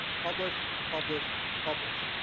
publish, publish, publish.